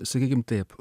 sakykim taip